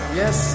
yes